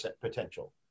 potential